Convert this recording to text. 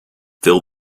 fill